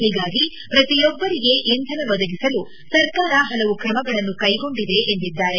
ಹೀಗಾಗಿ ಪ್ರತಿಯೊಬ್ಲರಿಗೆ ಇಂಧನ ಒದಗಿಸಲು ಸರ್ಕಾರ ಹಲವು ಕ್ರಮಗಳನ್ನು ಕ್ಷೆಗೊಂಡಿದೆ ಎಂದಿದ್ದಾರೆ